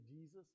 Jesus